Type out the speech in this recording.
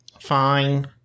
Fine